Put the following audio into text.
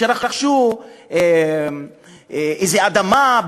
שרכשו איזה אדמה,